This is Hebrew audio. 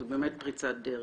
זאת באמת פריצת דרך.